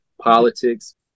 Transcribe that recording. politics